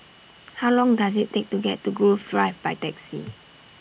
How Long Does IT Take to get to Grove Drive By Taxi